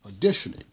auditioning